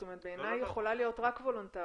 זאת אומרת, בעיניי, היא יכולה להיות רק וולונטרית,